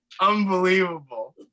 unbelievable